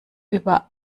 über